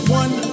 one